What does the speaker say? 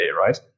right